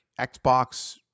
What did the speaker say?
Xbox